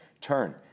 turn